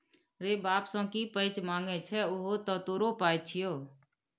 रे बाप सँ की पैंच मांगय छै उहो तँ तोरो पाय छियौ